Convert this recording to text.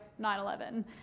9-11